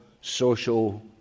social